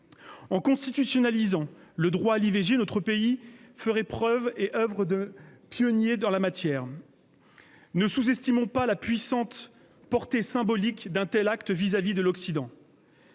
En constitutionnalisant le droit à l'IVG, notre pays ferait oeuvre de pionnier en la matière. Ne sous-estimons pas la puissante portée symbolique d'un tel acte vis-à-vis de l'Occident.